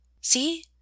See